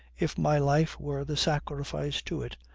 if my life were the sacrifice to it,